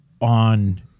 on